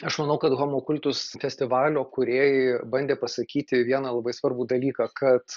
aš manau kad homu kultus festivalio kūrėjai bandė pasakyti vieną labai svarbų dalyką kad